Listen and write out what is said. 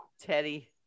Teddy